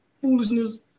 foolishness